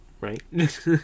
right